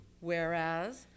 whereas